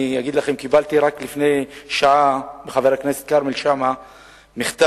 אלא אגיד לכם שקיבלתי רק לפני שעה מחבר הכנסת כרמל שאמה מכתב,